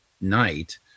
night